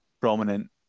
prominent